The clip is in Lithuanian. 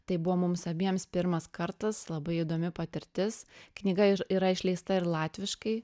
tai buvo mums abiems pirmas kartas labai įdomi patirtis knyga yr yra išleista ir latviškai